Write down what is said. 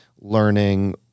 learning